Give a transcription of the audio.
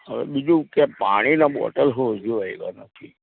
હવે બીજું કે પાણીનાં બોટલ હો હજુ આવ્યાં નથી